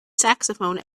saxophone